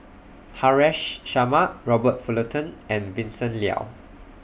Haresh Sharma Robert Fullerton and Vincent Leow